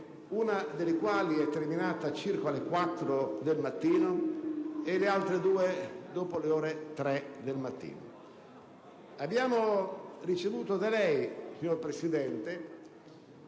una delle quali terminata circa alle 4 del mattino e le altre due dopo le 3 del mattino. Abbiamo ricevuto da lei, signor Presidente,